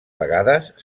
vegades